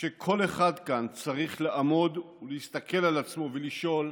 שכל אחד כאן צריך לעמוד, להסתכל על עצמו ולשאול